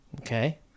Okay